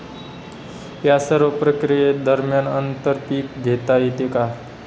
या सर्व प्रक्रिये दरम्यान आंतर पीक घेता येते का?